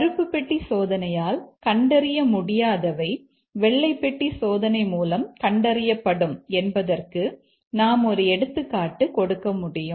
கருப்பு பெட்டி சோதனையால் கண்டறிய முடியாதவை வெள்ளை பெட்டி சோதனை மூலம் கண்டறியப்படும் என்பதற்கு நாம் ஒரு எடுத்துக்காட்டு கொடுக்க முடியும்